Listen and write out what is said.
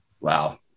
Wow